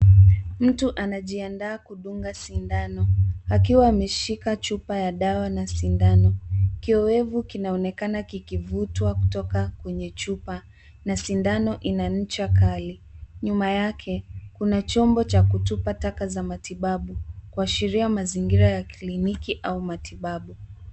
Mtu anajiandaa kudunga sindano akiwa ameshika chupa ya dawa na sindano. Kioevu kinaonekana kikivutwa kutoka kwenye chupa na sindano ina ncha kali. Nyuma yake kuna chombo cha kutupa taka za matibabu kuashiria mazingira ya kliniki au matibabu.